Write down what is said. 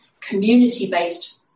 community-based